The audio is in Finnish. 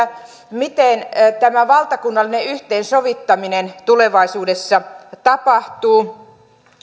miten tämä valtakunnallinen yhteensovittaminen tulevaisuudessa tapahtuu